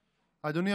אדוני.